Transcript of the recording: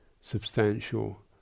substantial